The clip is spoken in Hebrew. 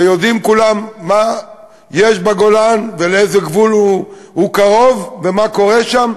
ויודעים כולם מה יש בגולן ולאיזה גבול הוא קרוב ומה קורה שם,